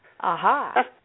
Aha